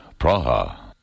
Praha